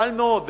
קל מאוד.